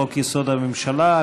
חוק-יסוד: הממשלה,